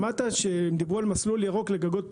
שמעת שהם דיברו על מסלול ירוק לגגות פרטיים?